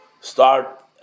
start